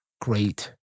great